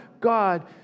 God